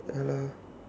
ya lah